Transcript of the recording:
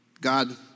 God